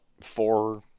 four